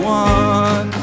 one